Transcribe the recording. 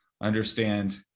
understand